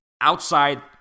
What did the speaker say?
outside